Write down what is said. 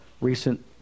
recent